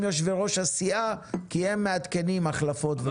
יושבי-ראש הסיעה כי הם מעדכנים החלפות.